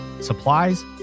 supplies